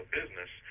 business